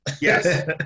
Yes